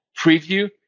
preview